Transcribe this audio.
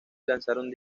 lanzaron